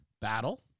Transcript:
battle